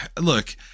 Look